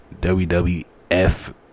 wwf